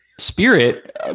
spirit